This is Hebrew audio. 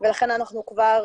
מחשבים וטלפון שכוח החישוב שלו